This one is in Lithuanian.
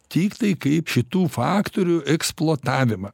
tiktai kaip šitų faktorių eksploatavimą